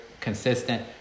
consistent